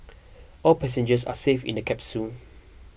all passengers are safe in the capsule